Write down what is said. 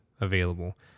available